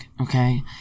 Okay